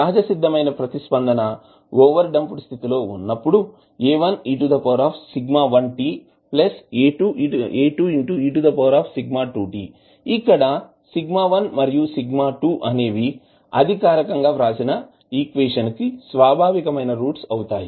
సహజసిద్దమైన ప్రతిస్పందన over damped స్థితి లో ఉన్నప్పుడు A1eσ1tA2eσ2t ఇక్కడ σ1 మరియు σ2 అనేవి అధికారికంగా వ్రాసినఈక్వేషన్ కి స్వాభావికమైన రూట్స్ అవుతాయి